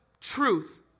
truth